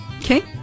Okay